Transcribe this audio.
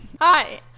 Hi